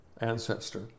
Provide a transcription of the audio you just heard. ancestor